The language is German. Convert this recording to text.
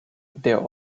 der